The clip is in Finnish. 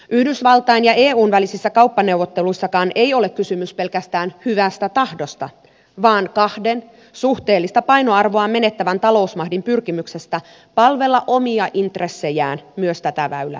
yhdysvaltain ja eun välisissä kauppaneuvotteluissakaan ei ole kysymys pelkästään hyvästä tahdosta vaan kahden suhteellista painoarvoaan menettävän talousmahdin pyrkimyksestä palvella omia intressejään myös tätä väylää pitkin